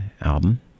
album